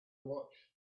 watched